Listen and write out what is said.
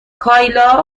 کایلا